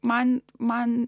man man